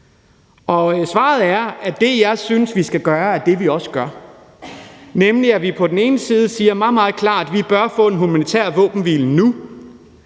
Svaret er, at det, jeg synes, vi skal gøre, er det, vi også gør, nemlig at vi på den ene side siger meget, meget klart, at vi bør få en humanitær våbenhvile nu.